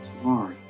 tomorrow